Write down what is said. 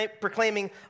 proclaiming